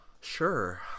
Sure